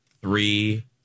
Three